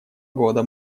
года